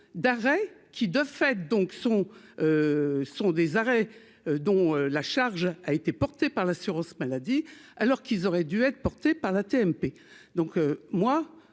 d'arrêt qui de fait donc son son des arrêts dont la charge a été porté par l'assurance maladie alors qu'ils auraient dû être portés par la TMP donc moi